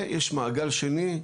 ויש מעגל שני,